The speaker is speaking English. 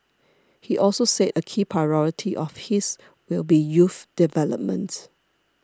he also said a key priority of his will be youth development